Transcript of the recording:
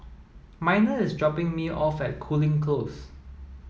Miner is dropping me off at Cooling Close